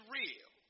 real